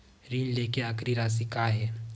ऋण लेके आखिरी राशि का हे?